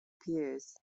peers